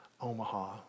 Omaha